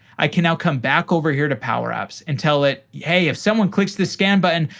i can now come back over here to power apps and tell it, hey, if someone clicks the scan button,